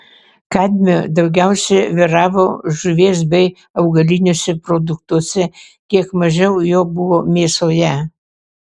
kadmio daugiausiai vyravo žuvies bei augaliniuose produktuose kiek mažiau jo buvo mėsoje